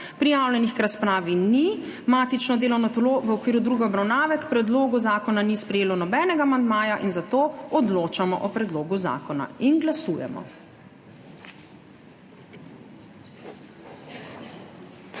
Prijavljenih k razpravi ni. Matično delovno telo v okviru druge obravnave k predlogu zakona ni sprejelo nobenega amandmaja in zato odločamo o predlogu zakona. Glasujemo.